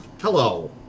Hello